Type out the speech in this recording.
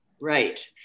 right